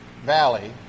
valley